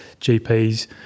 gps